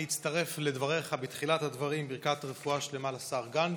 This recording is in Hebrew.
אני אצטרף לדבריך בתחילת הדברים: ברכת רפואה שלמה לשר גנץ.